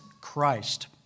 Christ